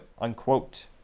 unquote